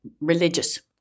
religious